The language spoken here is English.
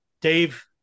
Dave